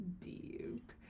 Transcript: deep